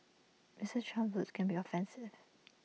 Mister Trump's words can be offensive